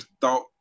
thought